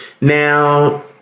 Now